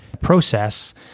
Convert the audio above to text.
process